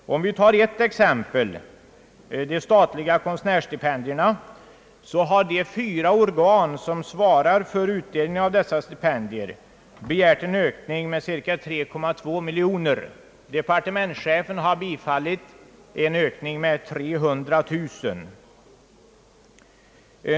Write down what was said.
Som exempel kan nämnas att de fyra organisationer, som svarar för utdelning av de statliga konstnärsstipendierna, har begärt en ökning av anslaget med cirka 3,2 miljoner kronor. Departementschefen har föreslagit en ökning med 300 000 kronor.